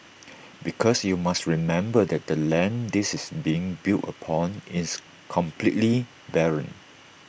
because you must remember that the land this is being built upon is completely barren